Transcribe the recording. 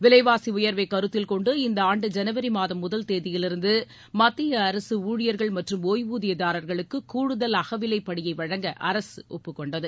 விலைவாசி உயர்வை கருத்தில் கொண்டு இந்த ஆண்டு ஜனவரி மாதம் முதல் தேதியிலிருந்து மத்திய அரசு ஊழியர்கள் மற்றும் ஓய்வூதியதாரர்களுக்கு கூடுதல் அகவிலைப்படியை வழங்க அரசு ஒப்புக் கொண்டது